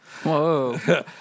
whoa